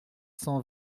cent